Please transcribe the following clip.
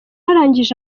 arangije